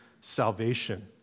salvation